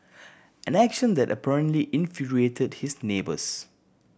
an action that apparently infuriated his neighbours